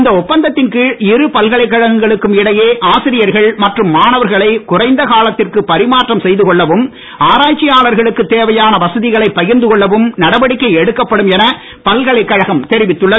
இந்த இரு பல்கலைக்கழகங்களுக்கும் இடையே ஆசிரியர்கள் மற்றும் மாணவர்களை காலத்திற்கு பரிமாற்றம் கொள்ளவும் குறைந்த ஆராய்ச்சியாளர்களுக்கு தேவையான வசதிகளை பகிர்ந்தது கொள்ளவும் நடவடிக்கை எடுக்கப்படும் என பல்கலைக்கழகம் தெரிவித்துள்ளது